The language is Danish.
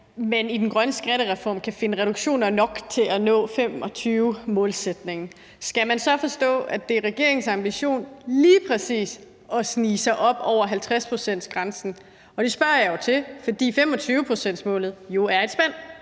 man i den grønne skattereform kan finde reduktioner nok til at nå 2025-målsætningen, skal man så forstå det sådan, at det er regeringens ambition kun lige præcis at snige sig op over 50-procentsgrænsen? Det spørger jeg jo til, fordi2025-målsætningen jo har et spænd,